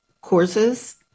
courses